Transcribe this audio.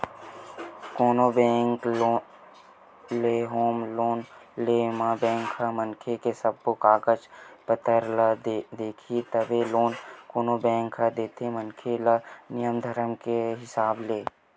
कोनो बेंक ले home loan ले म बेंक ह मनखे के सब्बो कागज पतर ल देखही तभे लोन कोनो बेंक ह देथे मनखे ल नियम धरम के हिसाब ले